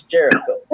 Jericho